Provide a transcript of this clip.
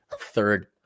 third